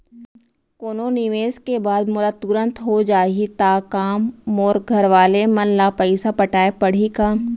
कोनो निवेश के बाद मोला तुरंत हो जाही ता का मोर घरवाले मन ला पइसा पटाय पड़ही का?